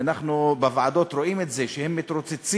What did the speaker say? ואנחנו בוועדות רואים את זה, שהם מתרוצצים